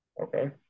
Okay